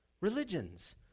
religions